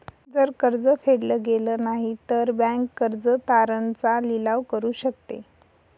जर कर्ज फेडल गेलं नाही, तर बँक कर्ज तारण चा लिलाव करू शकते